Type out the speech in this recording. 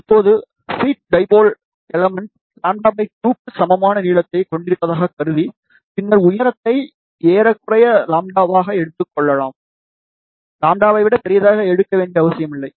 இப்போது feed dipole element λ 2 க்கு சமமான நீளத்தைக் கொண்டிருப்பதாகக் கருதி பின்னர் உயரத்தை ஏறக்குறைய λ ஆக எடுத்துக் கொள்ளலாம் λ ஐ விட பெரியதாக எடுக்க வேண்டிய அவசியமில்லை